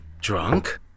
drunk